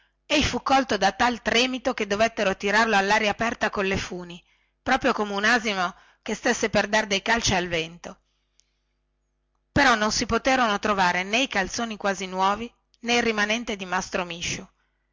misciu ei fu colto da tal tremito che dovettero tirarlo allaria aperta colle funi proprio come un asino che stesse per dar dei calci al vento però non si poterono trovare nè i calzoni quasi nuovi nè il rimanente di mastro misciu